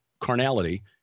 carnality